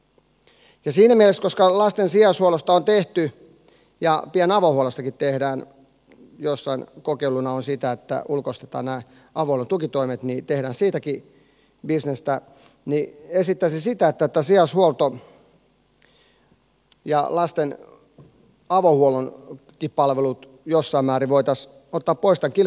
ja siinä mielessä koska lasten sijaishuollosta on tehty ja pian avohuollostakin tehdään jossain kokeiluna on sitä että ulkoistetaan nämä avohuollon tukitoimet siitäkin bisnestä esittäisin sitä että tämä sijaishuolto ja lasten avohuollonkin palvelut jossain määrin voitaisiin ottaa pois tämän kilpailurajoituksen piiristä